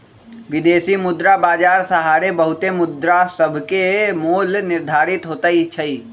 विदेशी मुद्रा बाजार सहारे बहुते मुद्रासभके मोल निर्धारित होतइ छइ